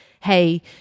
hey